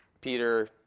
Peter